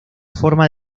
forma